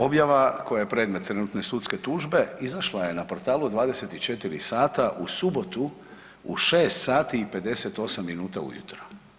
Objava koja je predmet trenutne sudske tužbe izašla je na portalu 24 sata u subotu u 6 sati i 58 minuta ujutro.